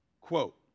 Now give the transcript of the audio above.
Quote